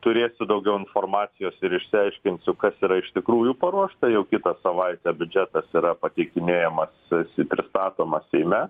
turėsiu daugiau informacijos ir išsiaiškinsiu kas yra iš tikrųjų paruošta jau kitą savaitę biudžetas yra pateikinėjamas jis pristatomas seime